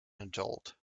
adult